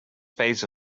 phase